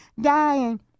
dying